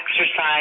exercise